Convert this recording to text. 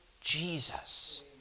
Jesus